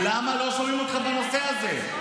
למה לא שומעים אתכם בנושא הזה?